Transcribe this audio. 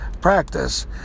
practice